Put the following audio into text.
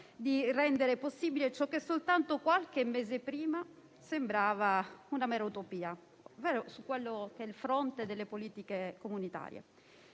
di rendere possibile ciò che soltanto qualche mese prima sembrava una mera utopia sul fronte delle politiche comunitarie.